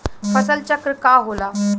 फसल चक्र का होला?